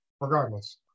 regardless